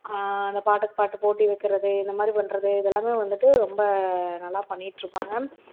அந்த பாட்டுக்கு பாட்டு போட்டி வைக்கிறது இந்த மாதிரி பண்ணுறது இதெல்லாமே வந்துவிட்டு ரொம்ப நல்லா பண்ணிக்கிட்டுருப்பாங்க